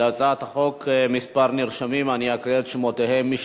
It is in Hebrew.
להצעת החוק כמה נרשמים, אני אקריא את שמותיהם.